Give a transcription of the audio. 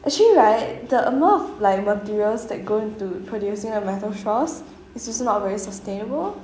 actually right the amount of like materials that go into producing a metal straws is also not very sustainable